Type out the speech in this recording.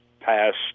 past